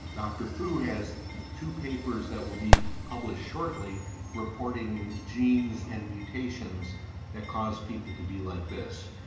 dr fu has two papers that will be published shortly reporting genes and mutations that cause people to be like this.